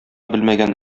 белмәгән